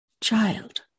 child